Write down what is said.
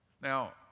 Now